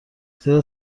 زیرا